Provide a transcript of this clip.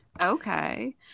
Okay